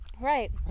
right